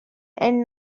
and